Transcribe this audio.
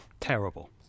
Terrible